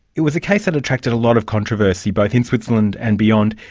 it was a case that attracted a lot of controversy, both in switzerland and beyond.